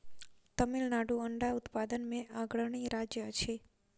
तमिलनाडु अंडा उत्पादन मे अग्रणी राज्य अछि